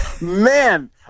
Man